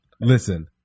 Listen